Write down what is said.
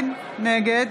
נגד